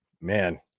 Man